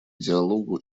диалогу